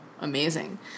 amazing